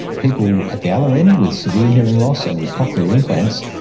people at the other end with severe hearing loss and with cochlear implants,